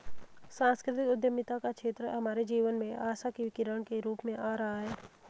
सांस्कृतिक उद्यमिता का क्षेत्र हमारे जीवन में आशा की किरण के रूप में आ रहा है